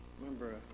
Remember